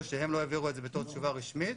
שהם לא העבירו את זה בתור תשובה רשמית.